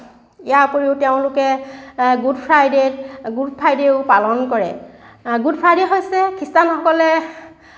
ইয়াৰ উপৰিও তেওঁলোকে গুড ফ্ৰাইডেত গুড ফ্ৰাইডেও পালন কৰে গুড ফ্ৰাইডে হৈছে খ্ৰীষ্টানসকলে